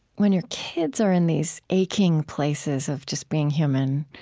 when your kids are in these aching places of just being human,